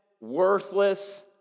worthless